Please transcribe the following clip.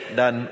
dan